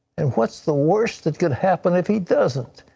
and what's the worst that could happen if he doesn't?